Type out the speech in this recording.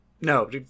No